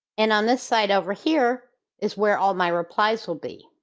and on this side over here is where all my replies will be.